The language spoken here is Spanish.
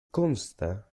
consta